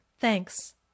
Thanks